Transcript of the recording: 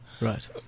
Right